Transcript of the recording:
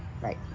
right